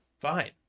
Fine